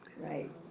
Right